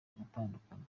bagatandukana